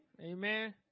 Amen